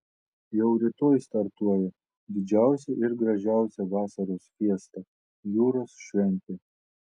jau rytoj startuoja didžiausia ir gražiausia vasaros fiesta jūros šventė